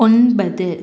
ஒன்பது